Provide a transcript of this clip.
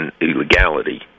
illegality